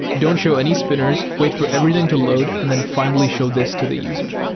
don't show any spinners. wait for everything to load and then finally show this to the user.